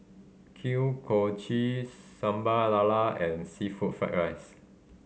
kochi Sambal Lala and seafood fry rice